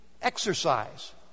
Exercise